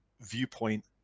viewpoint